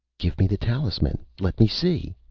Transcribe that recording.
give me the talisman. let me see!